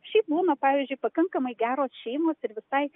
šiaip būna pavyzdžiui pakankamai geros šeimos ir visai